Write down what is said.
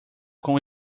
com